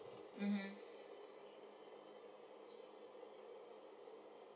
mmhmm